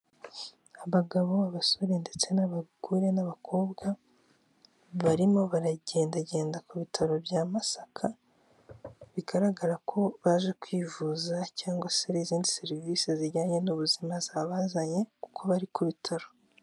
Abagabo, abasore ndetse n'abagore n'abakobwa barimo baragendagenda ku bitaro bya Masaka bigaragara ko baje kwivuza cyangwa se izindi serivisi zijyanye n'ubuzima zabazanye kuko bari ku bitaro.